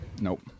Nope